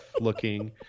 looking